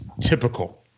typical